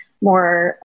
more